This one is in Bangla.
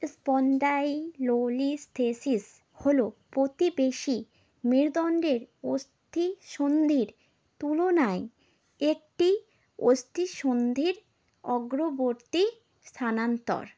স্পন্ডাইলোলিস্থেসিস হল প্রতিবেশী মেরুদণ্ডের অস্থিসন্ধির তুলনায় একটি অস্থিসন্ধির অগ্রবর্তী স্থানান্তর